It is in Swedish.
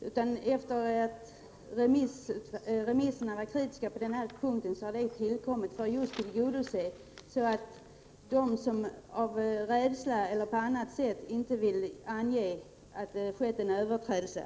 Remissinstanserna var emellertid kritiska på denna punkt, varför denna bit tillkom för att ta hänsyn till dem som av rädsla eller av annat skäl inte vill ange att det skett en överträdelse.